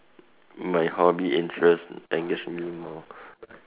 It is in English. my hobby interest engage me more